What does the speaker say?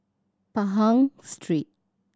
Pahang Street